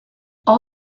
all